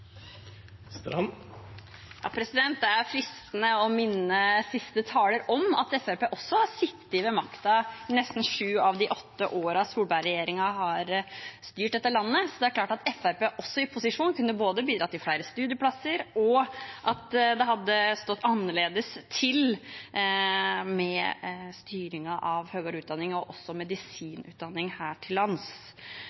om at Fremskrittspartiet også har sittet med makten nesten sju av de åtte årene Solberg-regjeringen har styrt dette landet. Så det er klart at Fremskrittspartiet også i posisjon kunne bidratt både til flere studieplasser og til at det hadde stått annerledes til med styringen av høyere utdanning, også